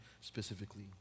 specifically